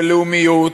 של לאומיות,